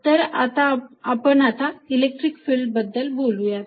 तर आपण आता इलेक्ट्रिक फिल्ड बद्दल बोलूयात